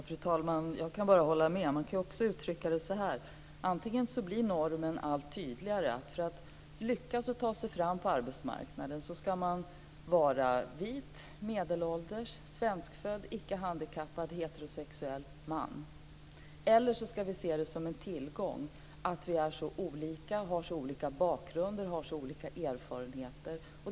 Fru talman! Jag kan bara hålla med. Man kan också uttrycka det så här: Antingen blir normen allt tydligare, att för att lyckas ta sig fram på arbetsmarknaden ska man vara vit, medelålders, svenskfödd, icke handikappad heterosexuell och man. Eller också ska vi se det som en tillgång att vi är så olika och har så olika bakgrund och så olika erfarenheter.